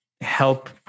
help